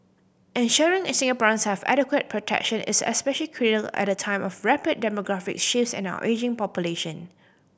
ensuring Singaporeans have adequate protection is especially at a time of rapid demographic shifts and our ageing population